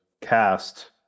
cast